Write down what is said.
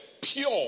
pure